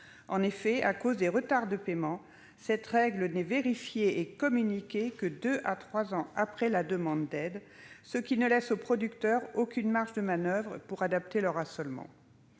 En effet, à cause des retards de paiement, cette règle n'est vérifiée et communiquée que deux à trois ans après la demande d'aide, ce qui ne laisse aux producteurs aucune marge de manoeuvre pour adapter leurs assolements.